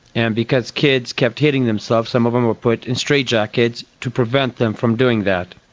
and because kids kept hitting themselves some of them ah put in straitjackets to prevent them from doing that.